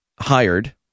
hired